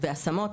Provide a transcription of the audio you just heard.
והשמות